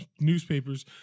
newspapers